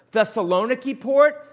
thessalonica port,